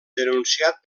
denunciat